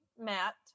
matt